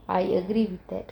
I agree with that